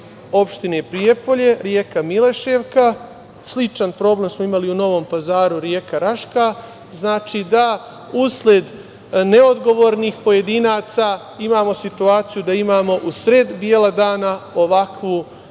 opštine Prijepolje, reka Mileševka. Sličan problem smo imali u Novom Pazaru, reka Raška. Znači, usled neodgovornih pojedinaca imamo situaciju da imamo u sred bela dana ovakvu